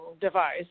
device